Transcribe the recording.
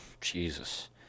Jesus